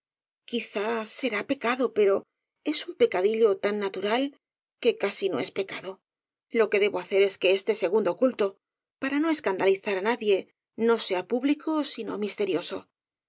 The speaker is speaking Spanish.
quizás será pecado pero es un pecadillo tan natural que casi no es pecado lo que debo hacer es que este segundo culto para no es candalizar á nadie no sea público sino misterioso